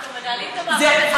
אנחנו מנהלים את המאבק הזה,